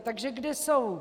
Takže kde jsou?